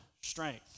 strength